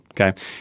okay